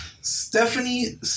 Stephanie